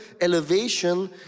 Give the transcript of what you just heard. elevation